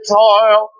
toil